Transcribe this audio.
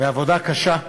בעבודה קשה,